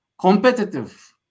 competitive